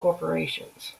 corporations